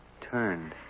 turned